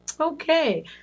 Okay